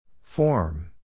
Form